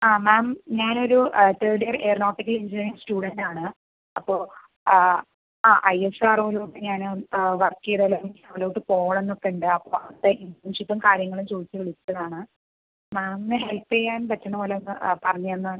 ആ മാം ഞാൻ ഒരു third year aeronautical engineering student ആണ് അപ്പോൾ ആ ഐ എസ് ആർ ഒയിലോട്ട് ഞാൻ വർക്ക് ചെയ്താലോ അതിലോട്ട് പോവണമെന്ന് ഒക്കെ ഉണ്ട് അപ്പോൾ അപ്പോൾ അവിടുത്തെ ഇന്റേൺഷിപ്പും കാര്യങ്ങളും ചോദിക്കാൻ വിളിച്ചതാണ് മാമിന് ഹെൽപ്പ് ചെയ്യാൻ പറ്റുന്ന പോലെ ഒന്നു ആ പറഞ്ഞു തന്നാൽ